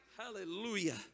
Hallelujah